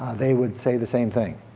they would say the same thing.